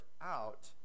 out